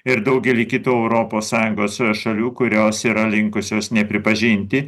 ir daugely kitų europos sąjungos šalių kurios yra linkusios nepripažinti